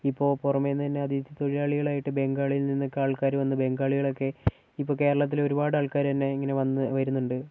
ഇപ്പോൾ പുറമേ നിന്നുതന്നെ അതിഥിത്തൊഴിലാളികളായിട്ട് ബംഗാളിൽ നിന്നൊക്കെ ആൾക്കാർ വന്ന് ബാംഗാളികളൊക്കെ ഇപ്പോൾ കേരളത്തിലെ ഒരുപാട് ആൾക്കാർ തന്നെ ഇങ്ങനെ വന്ന് വരുന്നുണ്ട്